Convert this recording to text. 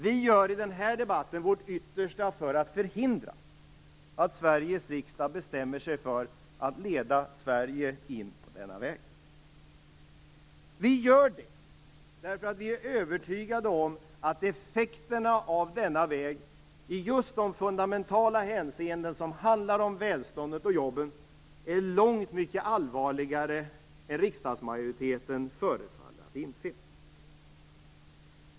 Vi gör i den här debatten vårt yttersta för att förhindra att Sveriges riksdag bestämmer sig för att leda Sverige in på denna väg. Detta gör vi därför att vi är övertygade om att effekterna av denna väg i just de fundamentala hänseenden som handlar om välståndet och jobben är långt mycket allvarligare än riksdagsmajoriteten förefaller att inse.